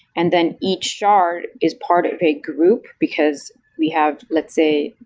and then each shard is part of a group, because we have, let's say,